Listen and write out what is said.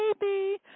baby